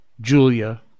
Julia